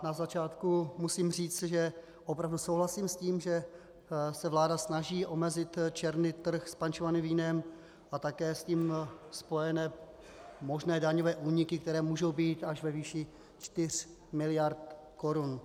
Na začátku musím říct, že opravdu souhlasím s tím, že se vláda snaží omezit černý trh s pančovaným vínem a také s tím spojené možné daňové úniky, které můžou být až ve výši 4 mld. korun.